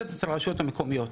נמצאים אצל הרשויות המקומיות.